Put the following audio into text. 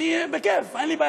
אני בכיף, אין לי בעיה.